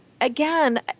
again